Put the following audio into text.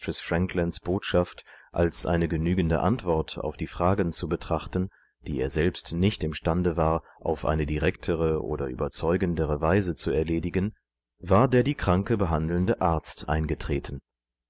botschaft als eine genügende antwort auf die fragen zu betrachten die er selbst nicht im stande war auf eine direktere und überzeugendere weise zu erledigen war der die kranke behandelnde arzt eingetreten